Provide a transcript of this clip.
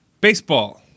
Baseball